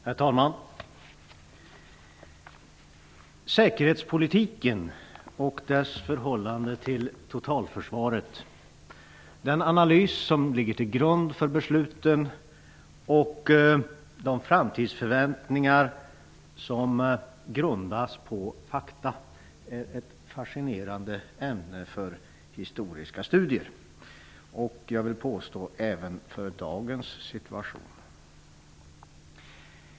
Herr talman! Säkerhetspolitiken och dess förhållande till totalförsvaret, den analys som ligger till grund för besluten och de framtidsförväntningar som grundas på fakta är ett fascinerande ämne för historiska studier, och det har betydelse även för dagens situation.